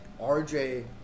RJ